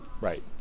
right